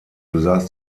besaß